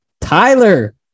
Tyler